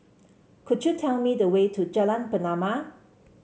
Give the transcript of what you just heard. could you tell me the way to Jalan Pernama